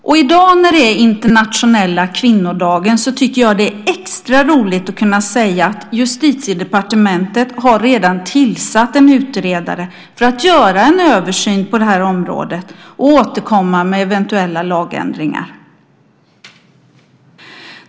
I dag när det är den internationella kvinnodagen tycker jag att det är extra roligt att kunna säga att Justitiedepartementet redan har tillsatt en utredare för att göra en översyn på det området och återkomma med eventuella lagändringar.